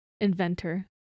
inventor